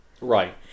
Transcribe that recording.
Right